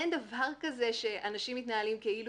אין דבר כזה שאנשים מתנהלים כאילו